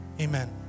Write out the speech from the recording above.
Amen